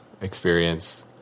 Experience